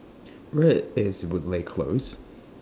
Where IS Woodleigh Close